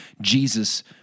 Jesus